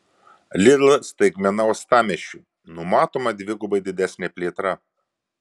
lidl staigmena uostamiesčiui numatoma dvigubai didesnė plėtra